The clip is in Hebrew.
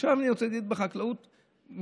ועכשיו אני רוצה להגיד: בחקלאות מופתעים?